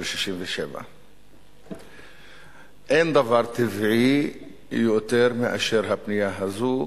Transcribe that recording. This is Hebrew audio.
67'. אין דבר טבעי יותר מאשר הפנייה הזו,